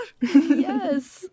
yes